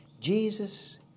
Jesus